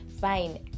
Fine